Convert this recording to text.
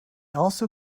also